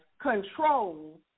control